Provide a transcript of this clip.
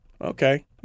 Okay